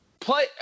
Play